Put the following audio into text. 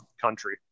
Country